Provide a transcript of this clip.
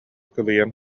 кылыйан